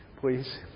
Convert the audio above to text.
please